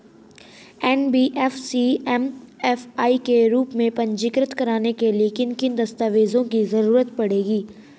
NBFC MFI के रूप में पंजीकृत कराने के लिए किन किन दस्तावेजों की जरूरत पड़ेगी?